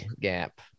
gap